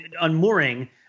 unmooring